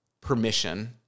permission